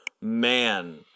man